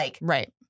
Right